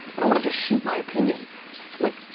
i don't wanna just shoot my opinion. it's like,